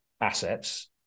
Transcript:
assets